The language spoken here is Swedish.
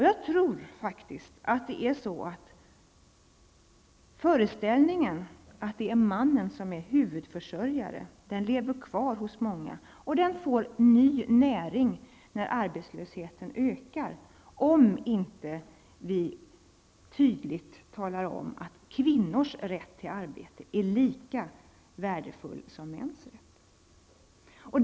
Jag tror faktiskt att föreställningen att det är mannen som är huvudförsörjare lever kvar hos många. Den får ny näring när arbetslösheten ökar om vi inte tydligt talar om att kvinnors rätt till arbete är lika stor som männens rätt.